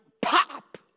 pop